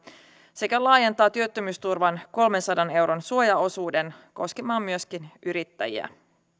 sekä laajentaa työttömyysturvan kolmensadan euron suojaosuuden koskemaan myöskin yrittäjiä